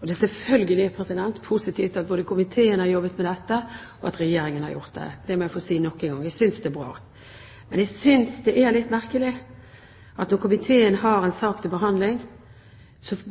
Det er selvfølgelig positivt at både komiteen og Regjeringen har jobbet med dette. Det må jeg få si nok en gang. Jeg synes det er bra. Men jeg synes det er litt merkelig at når komiteen har en sak til behandling,